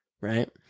right